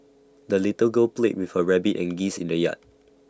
the little girl played with her rabbit and geese in the yard